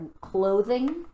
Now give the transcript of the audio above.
clothing